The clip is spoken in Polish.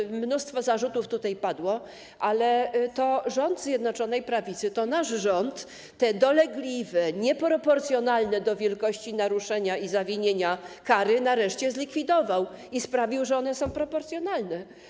Padło tu mnóstwo zarzutów, ale to rząd Zjednoczonej Prawicy, nasz rząd te dolegliwe, nieproporcjonalne do wielkości naruszenia i zawinienia kary nareszcie zlikwidował i sprawił, że one są proporcjonalne.